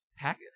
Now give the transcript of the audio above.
Pack